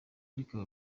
ariko